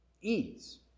ease